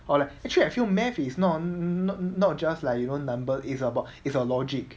or like actually I feel math is not not not just like you know number it's about it's your logic